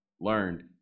learned